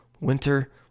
winter